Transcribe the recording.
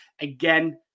again